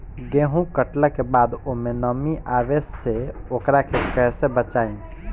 गेंहू कटला के बाद ओमे नमी आवे से ओकरा के कैसे बचाई?